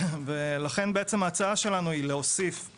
ולכן ההצעה שלנו היא להוסיף את